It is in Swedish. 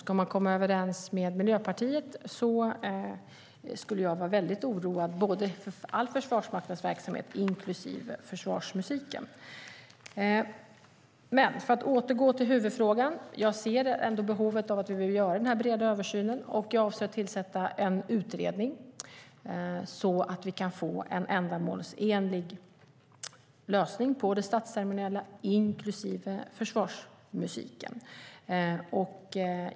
Att komma överens med Miljöpartiet skulle göra mig orolig för hela Försvarsmaktens verksamhet, inklusive försvarsmusiken. Jag återgår till huvudfrågan. Jag ser behovet av att göra den breda översynen, och jag avser att tillsätta en utredning så att vi kan få en ändamålsenlig lösning på det statsceremoniella, inklusive försvarsmusiken.